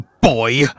boy